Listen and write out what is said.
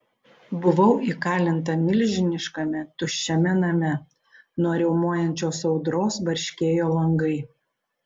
buvau įkalinta milžiniškame tuščiame name nuo riaumojančios audros barškėjo langai